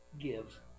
give